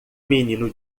menino